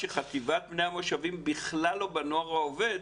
כשחטיבת בני המושבים בכלל לא בנוער העובד,